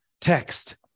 text